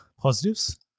positives